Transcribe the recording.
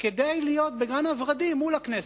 כדי להיות בגן-הוורדים מול הכנסת.